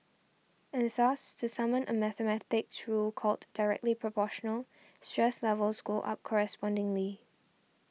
and thus to summon a mathematics rule called Directly Proportional stress levels go up correspondingly